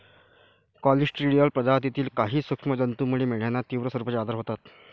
Clostridium प्रजातीतील काही सूक्ष्म जंतूमुळे मेंढ्यांना तीव्र स्वरूपाचे आजार होतात